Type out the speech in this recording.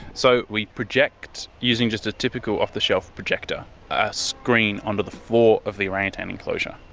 so we project using just a typical off-the-shelf projector a screen onto the floor of the orangutan enclosure,